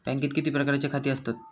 बँकेत किती प्रकारची खाती असतत?